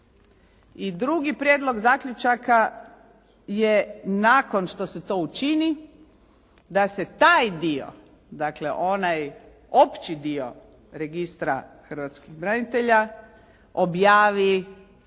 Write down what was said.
drugi prijedlog zaključaka je nakon što se to učini, da se taj dio, dakle onaj opći dio registra hrvatskih branitelja objavi